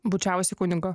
bučiavusi kunigo